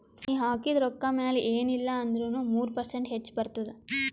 ನೀ ಹಾಕಿದು ರೊಕ್ಕಾ ಮ್ಯಾಲ ಎನ್ ಇಲ್ಲಾ ಅಂದುರ್ನು ಮೂರು ಪರ್ಸೆಂಟ್ರೆ ಹೆಚ್ ಬರ್ತುದ